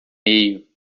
mail